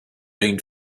been